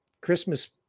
Christmas